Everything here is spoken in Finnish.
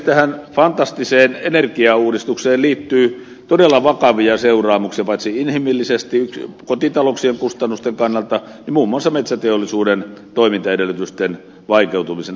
tähän fantastiseen energiauudistukseen liittyy todella vakavia seuraamuksia paitsi inhimillisesti kotitalouksien kustannusten kannalta niin muun muassa metsäteollisuuden toimintaedellytysten vaikeutumisena